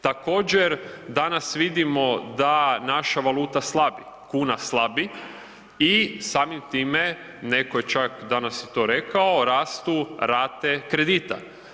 Također danas vidimo da naša valuta slabi, kuna slabi i samim time, neko je čak danas to i rekao, rastu rate kredita.